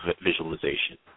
visualization